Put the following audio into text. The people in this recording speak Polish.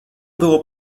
było